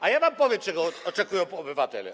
A ja wam powiem, czego oczekują obywatele.